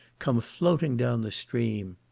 come floating down the stream.